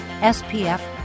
SPF